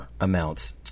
amounts